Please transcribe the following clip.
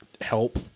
help